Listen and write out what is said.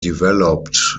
developed